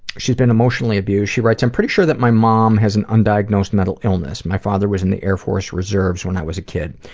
she's been emotionally abused, she writes, i'm pretty sure that my mom has an undiagnosed mental illness. my father was in the air force reserves when i was a kid.